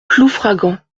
ploufragan